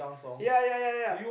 ya ya ya